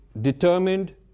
determined